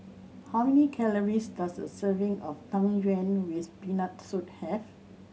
how many calories does a serving of Tang Yuen with Peanut Soup have